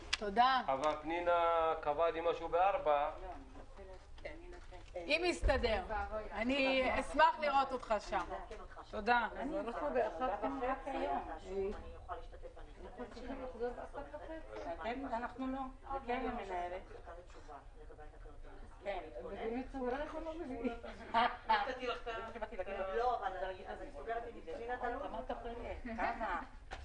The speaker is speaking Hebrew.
13:12.